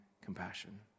compassion